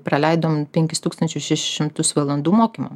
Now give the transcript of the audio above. praleidom penkis tūkstančius šešis šimtus valandų mokymam